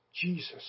Jesus